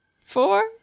four